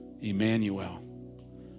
Emmanuel